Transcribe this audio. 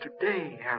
today